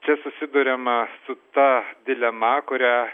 čia susiduriama su ta dilema kurią